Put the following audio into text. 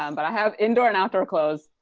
um but i have indoor and outdoor clothes.